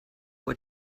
what